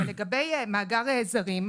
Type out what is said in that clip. אבל לגבי מאגר זרים,